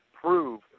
prove